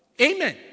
Amen